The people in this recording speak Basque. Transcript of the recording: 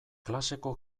klaseko